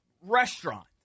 restaurant